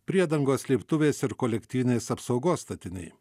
priedangos slėptuvės ir kolektyvinės apsaugos statiniai